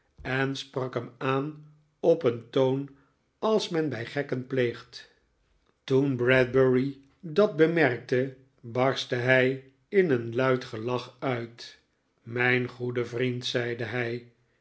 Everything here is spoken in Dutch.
en sprak hem aan op een toon als men bij gekken pleegt toen bradbury dat bemerkte barstte hij in een luid gelach uit mijn goede vriend zeide hij